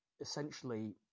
essentially